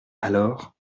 alors